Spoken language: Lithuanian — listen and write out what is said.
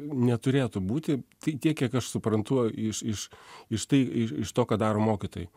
neturėtų būti tai tiek kiek aš suprantu iš iš iš tai iš to ką daro mokytojai